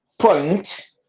point